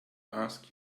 asked